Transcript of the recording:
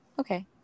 okay